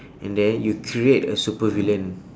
and then you create a supervillain